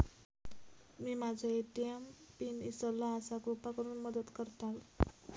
मी माझो ATM PIN इसरलो आसा कृपा करुन मदत करताल